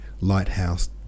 lighthouse